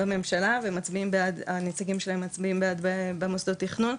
בממשלה והנציגים שלהם מצביעים במוסדות תכנון,